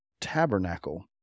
tabernacle